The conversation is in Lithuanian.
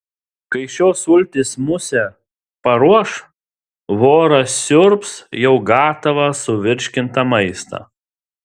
kai šios sultys musę paruoš voras siurbs jau gatavą suvirškintą maistą